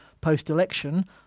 post-election